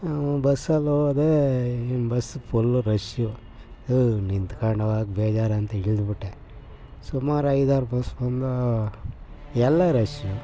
ಬಸ್ಸಲ್ಲೋದೆ ಏನು bus full rush ಥೋ ನಿಂತ್ಕೊಂಡ್ಹೋಗಕ್ ಬೇಜಾರಂತ ಇಳಿದುಬಿಟ್ಟೆ ಸುಮಾರು ಐದಾರು ಬಸ್ ಬಂದೋ ಎಲ್ಲ ರಶ್ಶೆ